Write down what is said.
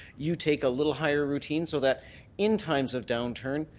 you take a little higher routine so that in times of downturn,